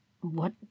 What